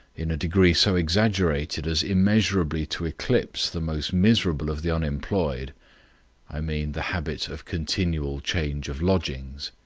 in a degree so exaggerated as immeasurably to eclipse the most miserable of the unemployed i mean the habit of continual change of lodgings.